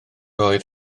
oedd